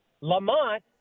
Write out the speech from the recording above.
Lamont